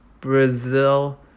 Brazil